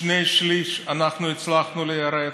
שני שליש אנחנו הצלחנו ליירט.